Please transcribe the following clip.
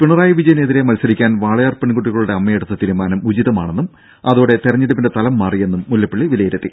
പിണറായി വിജയനെതിരെ മത്സരിക്കാൻ വാളയാർ പെൺകുട്ടികളുടെ അമ്മയെടുത്ത തീരുമാനം ഉചിതമാണെന്നും അതോടെ തെരഞ്ഞെടുപ്പിന്റെ തലം മാറിയെന്നും മുല്ലപ്പള്ളി വിലയിരുത്തി